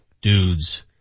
dudes